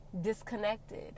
disconnected